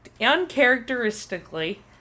uncharacteristically